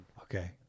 Okay